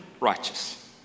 righteous